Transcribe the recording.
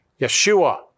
Yeshua